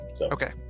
Okay